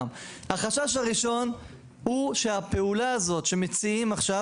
החשש הראשון הוא שהפעולה שמציעים עכשיו